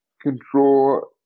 control